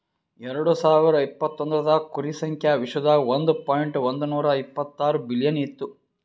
ಎರಡು ಸಾವಿರ ಇಪತ್ತೊಂದರಾಗ್ ಕುರಿ ಸಂಖ್ಯಾ ವಿಶ್ವದಾಗ್ ಒಂದ್ ಪಾಯಿಂಟ್ ಒಂದ್ನೂರಾ ಇಪ್ಪತ್ತಾರು ಬಿಲಿಯನ್ ಇತ್ತು